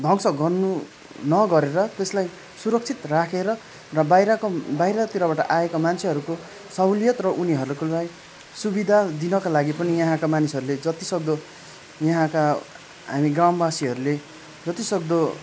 ध्वंस गर्नु नगरेर त्यसलाई सुरक्षित राखेर र बाहिरको बाहिरतिरबाट आएको मान्छेहरूको सहुलियत र उनीहरूको लाई सुविधा दिनको लागि पनि यहाँका मानिसहरूले जति सक्दो यहाँका हामी गाउँवासीहरूले जति सक्दो